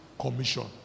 commission